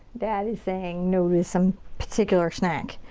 daddy's saying no to some particular snack.